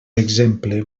exemple